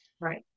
right